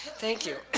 thank you. and